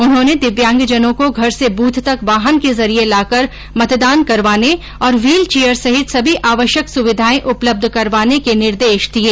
उन्होंने दिव्यांगजनों को घर से बूथ तक वाहन के जरिये लाकर मतदान करवाने और व्हील चेयर सहित सभी आवश्यक सुविधाए उपलब्ध करवाने के निर्देश दिये